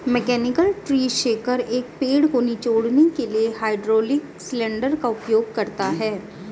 mechanical tree shaker, एक पेड़ को निचोड़ने के लिए हाइड्रोलिक सिलेंडर का उपयोग करता है